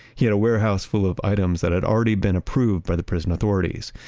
he had a warehouse full of items that had already been approved by the prison authorities,